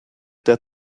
der